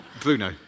Bruno